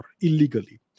illegally